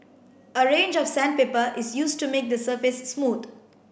a range of sandpaper is used to make the surface smooth